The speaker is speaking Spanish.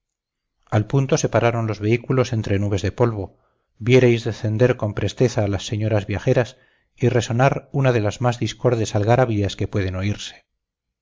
al punto que pararon los vehículos entre nubes de polvo vierais descender con presteza a las señoras viajeras y resonar una de las más discordes algarabías que pueden oírse